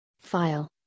File